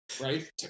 right